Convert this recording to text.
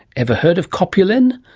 ever heard of copulin?